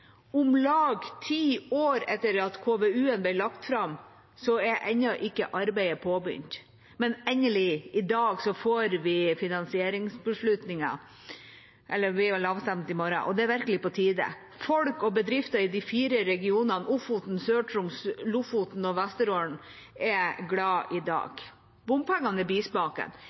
Om lag ti år etter at KVU-en ble lagt fram, er ennå ikke arbeidet påbegynt, men endelig, i dag, får vi finansieringsbeslutningen – eller den blir lagt fram i morgen. Og det er virkelig på tide. Folk og bedrifter i de fire regionene Ofoten, Sør-Troms, Lofoten og Vesterålen er glade i dag. Bompengene